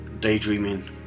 Daydreaming